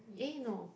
eh no